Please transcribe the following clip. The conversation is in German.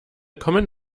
kommen